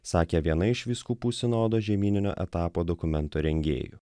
sakė viena iš vyskupų sinodo žemyninio etapo dokumento rengėjų